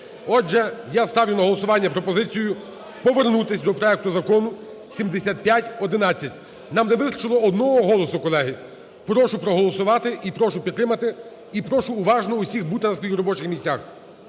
Отже, я ставлю на голосування пропозицію повернутись до проекту Закону 7511. Нам не вистачило одного голосу, колеги. Прошу проголосувати і прошу підтримати. І прошу, уважно, усіх бути на своїх робочих місцях.